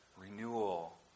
renewal